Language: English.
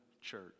Church